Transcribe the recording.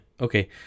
Okay